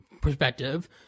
perspective